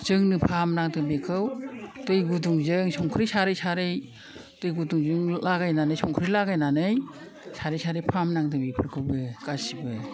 जोंनो फाहामनांदों बेखौ दै गुदुंजों संख्रि सारै सारै दै गुदुंजों लागायनानै संख्रि लागायनानै सारै सारै फाहामनांदौं बेफोरखौबो गासैबो